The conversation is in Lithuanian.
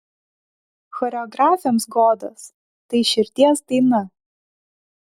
choreografėms godos tai širdies daina